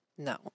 No